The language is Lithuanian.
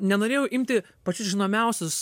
nenorėjau imti pačius žinomiausius